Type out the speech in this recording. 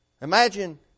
Imagine